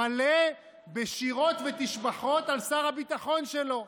מלא בשירוֹת ותשבחות על שר הביטחון שלו,